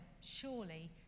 surely